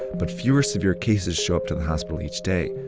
but fewer severe cases show up to the hospital each day,